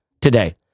today